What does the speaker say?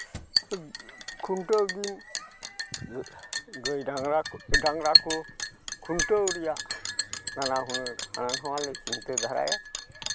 ᱠᱷᱩᱱᱴᱟᱹᱣ ᱫᱤᱱ ᱜᱟᱹᱭ ᱰᱟᱝᱨᱟ ᱰᱟᱝᱨᱟ ᱠᱚ ᱠᱷᱩᱱᱴᱟᱹᱣ ᱨᱮᱭᱟᱜ ᱱᱟᱱᱟ ᱦᱩᱱᱟᱹᱨ ᱦᱟᱱᱟ ᱱᱚᱣᱟ ᱞᱮ ᱪᱤᱱᱛᱟᱹ ᱫᱷᱟᱨᱟᱭᱟ